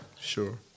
Sure